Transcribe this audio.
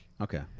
okay